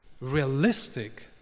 realistic